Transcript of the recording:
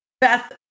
Beth